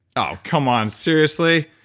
ah come on, seriously?